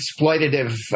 exploitative